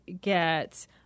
get